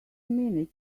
minute